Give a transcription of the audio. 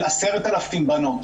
של 10,000 בנות.